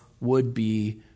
would-be